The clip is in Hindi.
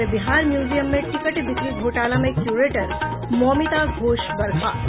और बिहार म्यूजियम में टिकट बिक्री घोटाला में क्यूरेटर मौमिता घोष बर्खास्त